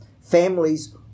Families